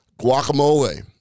Guacamole